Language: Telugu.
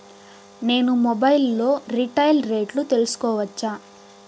నేను మొబైల్ లో రీటైల్ రేట్లు తెలుసుకోవచ్చా?